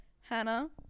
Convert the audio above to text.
hannah